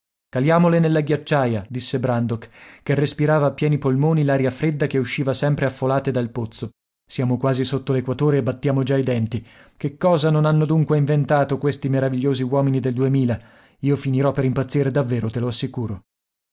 caliamole nella ghiacciaia disse brandok che respirava a pieni polmoni l'aria fredda che usciva sempre a folate dal pozzo siamo quasi sotto l'equatore e battiamo già i denti che cosa non hanno dunque inventato questi meravigliosi uomini del duemila io finirò per impazzire davvero te lo assicuro